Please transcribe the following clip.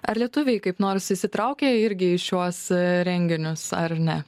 ar lietuviai kaip nors įsitraukė irgi šiuos renginius ar ne